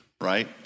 right